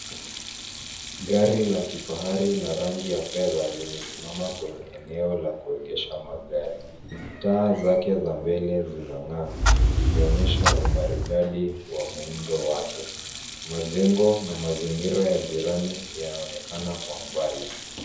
Gari la kifahari la rangi ya fedha, limesimama kwenye eneo la kuegesha magari. Taa zake za mbele zinangaa zikionyesha, umaridadi wa muundo wake. Majengo na mazingira ya jirani yanaonekana kwa mbali.